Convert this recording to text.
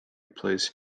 plays